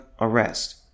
arrest